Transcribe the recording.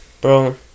Bro